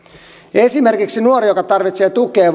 voidaan esimerkiksi olettaa että jos nuori joka tarvitsee tukea